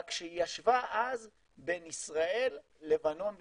רק שהיא ישבה בין ישראל, לבנון וקפריסין.